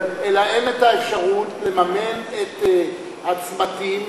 אלא שאין האפשרות לממן את הצמתים,